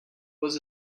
was